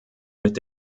mit